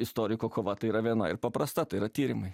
istoriko kova tai yra viena ir paprasta tai yra tyrimai